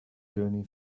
journey